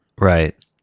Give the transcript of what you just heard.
Right